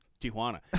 tijuana